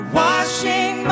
washing